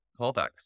callbacks